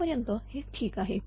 इथपर्यंत हे ठीक आहे